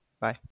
Bye